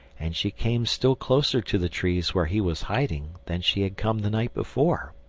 and she came still closer to the trees where he was hiding than she had come the night before.